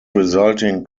resulting